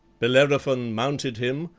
bellerophon mounted him,